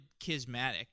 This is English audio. kismatic